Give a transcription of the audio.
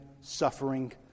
suffering